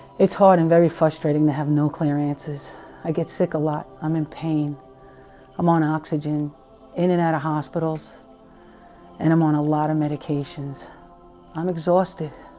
it's hard and very frustrating to have no clear answers i get sick a lot i'm in pain i'm on oxygen in and out of hospitals and i'm on a lot of medications i'm exhausted